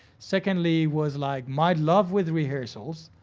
secondly was like my love with rehearsals.